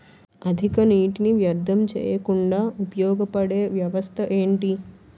అధిక నీటినీ వ్యర్థం చేయకుండా ఉపయోగ పడే వ్యవస్థ ఏంటి